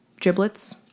Giblets